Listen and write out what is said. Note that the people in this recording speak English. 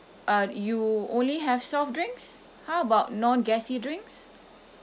uh you only have soft drinks how about non gassy drinks